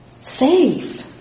Safe